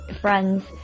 friends